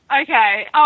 Okay